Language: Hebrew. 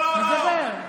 נדבר.